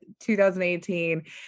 2018